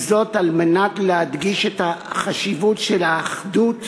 וזאת על מנת להדגיש את החשיבות של האחדות,